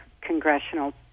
congressional